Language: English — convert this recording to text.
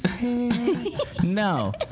no